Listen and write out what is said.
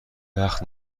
وقت